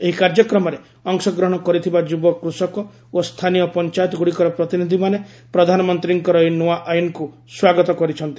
ଏହି କାର୍ଯ୍ୟକ୍ରମରେ ଅଂଶଗ୍ରହଣ କରିଥିବା ଯୁବ କୃଷକ ଓ ସ୍ଥାନୀୟ ପଞ୍ଚାୟତଗୁଡ଼ିକର ପ୍ରତିନିଧିମାନେ ପ୍ରଧାନମନ୍ତ୍ରୀଙ୍କର ଏହି ନୂଆ ଆଇନ୍କୁ ସ୍ୱାଗତ କରିଛନ୍ତି